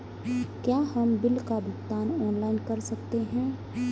क्या हम बिल का भुगतान ऑनलाइन कर सकते हैं?